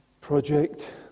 project